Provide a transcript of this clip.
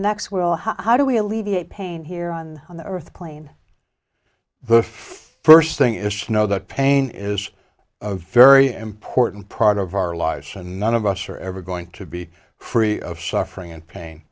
next will how do we alleviate pain here on the earth plane the first thing is to know that pain is a very important part of our lives and none of us are ever going to be free of suffering and pain